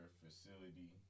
facility